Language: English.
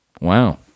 Wow